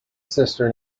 sister